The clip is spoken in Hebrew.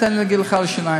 תן לי להגיד לך גם על השיניים.